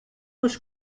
nos